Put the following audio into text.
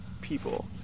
people